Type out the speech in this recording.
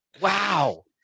Wow